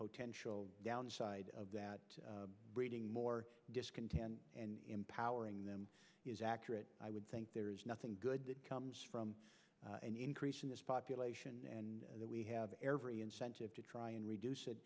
potential downside of that breeding more discontent and empowering them is accurate i would think there is nothing good that comes from increasing this population and that we have every incentive to try and reduce it